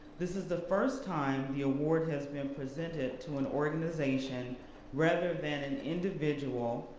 this is the first time the award has been presented to an organization rather than an individual,